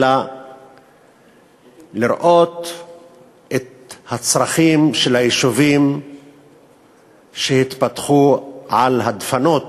אלא לראות את הצרכים של היישובים שהתפתחו על הדפנות